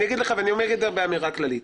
אני אומר את זה באמירה כללית.